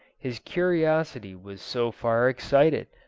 his curiosity was so far excited,